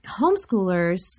homeschoolers